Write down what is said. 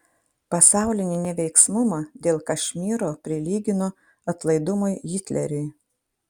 pasaulinį neveiksnumą dėl kašmyro prilygino atlaidumui hitleriui